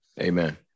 Amen